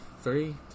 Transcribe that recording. Three